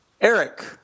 Eric